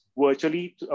virtually